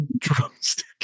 Drumstick